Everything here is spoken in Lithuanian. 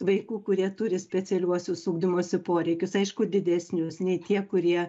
vaikų kurie turi specialiuosius ugdymosi poreikius aišku didesnius nei tie kurie